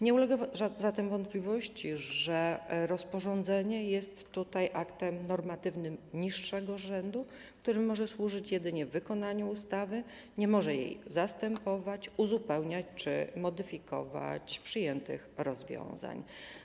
Nie ulega zatem wątpliwości, że rozporządzenie jest aktem normatywnym niższego rzędu, który może służyć jedynie wykonaniu ustawy, a nie może jej zastępować, uzupełniać, czy nie może modyfikować przyjętych rozwiązań.